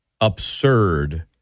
absurd